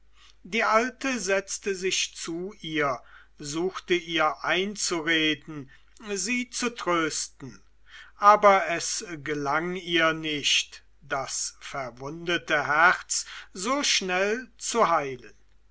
die alte setzte sich zu ihr suchte ihr einzureden sie zu trösten aber es gelang ihr nicht das verwundete herz so schnell zu heilen